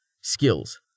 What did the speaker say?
Skills